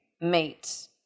meet